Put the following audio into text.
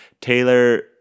Taylor